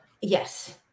Yes